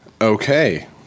Okay